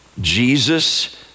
Jesus